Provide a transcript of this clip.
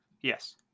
Yes